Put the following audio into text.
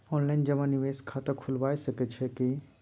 Online जमा निवेश खाता खुलाबय सकै छियै की?